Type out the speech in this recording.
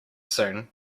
soon